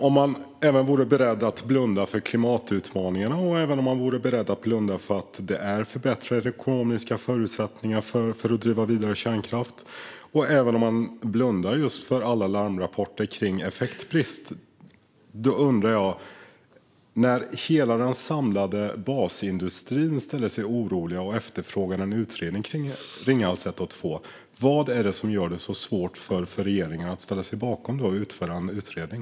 Även om man vore beredd att blunda för klimatutmaningarna, blunda för att de ekonomiska förutsättningarna för att driva vidare kärnkraft har förbättrats och blunda för alla larmrapporter om effektbrist undrar jag: När hela den samlade basindustrin uttrycker oro och efterfrågar en utredning om Ringhals 1 och 2, vad är det som gör det så svårt för regeringen att ställa sig bakom det och göra en utredning?